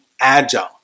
agile